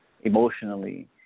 emotionally